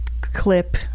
clip